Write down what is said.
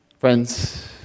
Friends